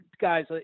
guys